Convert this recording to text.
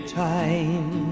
time